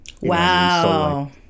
Wow